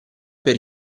per